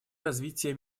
развития